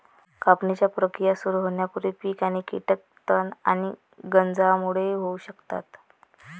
कापणीची प्रक्रिया सुरू होण्यापूर्वी पीक आणि कीटक तण आणि गंजांमुळे होऊ शकतात